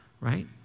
right